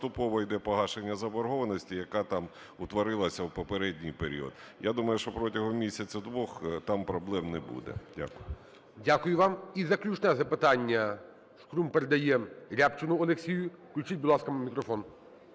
поступово йде погашення заборгованості, яка там утворилася у попередній період. Я думаю, що протягом місяця-двох там проблем не буде. Дякую. ГОЛОВУЮЧИЙ. Дякую вам. І заключне запитання. Шкрум передає Рябчину Олексію. Включіть, будь ласка, мікрофон.